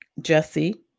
Jesse